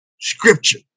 scripture